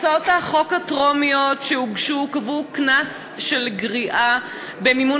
הצעות החוק הפרטיות שהוגשו קבעו קנס של גריעה במימון